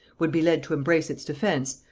would be led to embrace its defence,